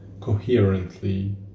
coherently